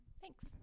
Thanks